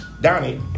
Donnie